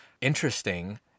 interesting